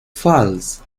falls